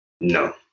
No